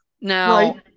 now